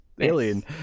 Alien